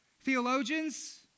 theologians